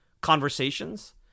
conversations